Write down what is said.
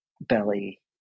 belly